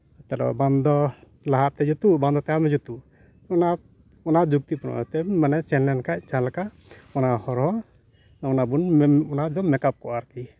ᱛᱟᱞᱦᱮ ᱵᱟᱝ ᱫᱚ ᱞᱟᱦᱟ ᱛᱮ ᱡᱩᱛᱩᱜ ᱵᱟᱝ ᱫᱚ ᱛᱟᱭᱚᱢ ᱛᱮ ᱡᱩᱛᱩᱜ ᱚᱱᱟ ᱚᱱᱟ ᱡᱩᱛ ᱛᱮ ᱚᱛᱚᱭᱮᱵᱽ ᱢᱟᱱᱮ ᱥᱮᱱ ᱞᱮᱱᱠᱷᱟᱱ ᱡᱟᱦᱟᱸᱞᱮᱠᱟ ᱚᱱᱟ ᱦᱚᱨ ᱨᱮ ᱚᱱᱟ ᱫᱚ ᱢᱮᱠᱟᱯ ᱠᱚᱜᱼᱟ ᱟᱨᱠᱤ